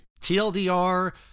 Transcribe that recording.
TLDR